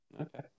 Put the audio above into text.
Okay